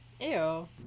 ew